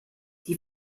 die